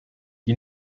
die